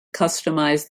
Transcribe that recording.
customize